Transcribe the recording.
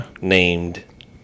named